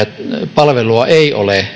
palvelua ei ole